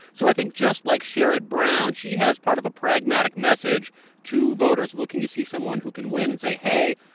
so i think, just like sherrod brown, she has part of a pragmatic message to voters looking to see someone who can win and say, hey.